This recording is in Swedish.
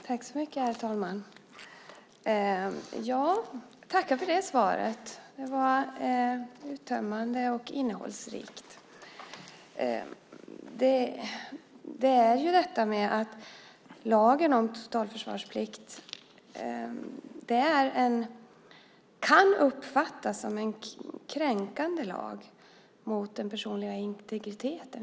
Herr talman! Jag tackar för det svaret. Det var uttömmande och innehållsrikt. Lagen om totalförsvarsplikt kan uppfattas som kränkande av den personliga integriteten.